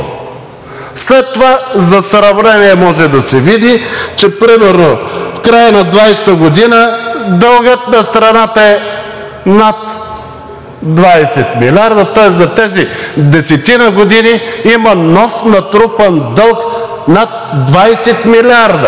След това за сравнение може да се види, че примерно в края на 2020 г. дългът на страната е над 20 милиарда. Тоест за тези десетина години има нов натрупан дълг над 20 милиарда.